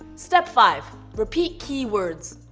step five repeat key words.